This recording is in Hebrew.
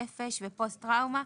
נפש ופוסט טראומה.